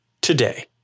today